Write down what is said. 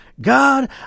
God